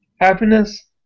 happiness